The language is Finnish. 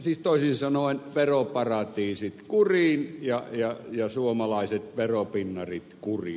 siis toisin sanoen veroparatiisit kuriin ja suomalaiset veropinnarit kuriin